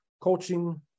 coaching